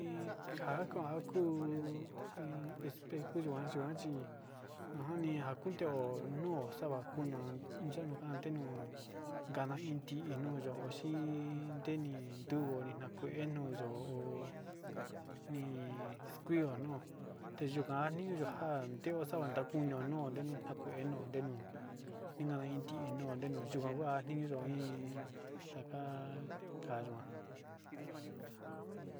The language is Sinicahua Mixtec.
Iin njan kuu iin espejo yuan yuan chi, ajan nikan kuteo nuu xakuneo yanon jantenuu nganteni iin no yoxii ini yuni nakue nuu yo'ó nii exkuia no'o teyukaninja teo xava kunio no'o xava'a ndakunio no'o takue nundeno inka inti noyihuau kua niyo nii ta'a kayuá.